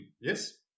Yes